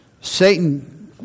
satan